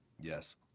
Yes